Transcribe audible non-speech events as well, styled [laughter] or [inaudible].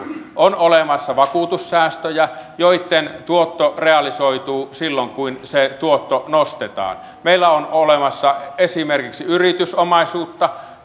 on olemassa vakuutussäästöjä joitten tuotto realisoituu silloin kun se tuotto nostetaan on olemassa esimerkiksi yritysomaisuutta [unintelligible]